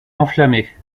enflammées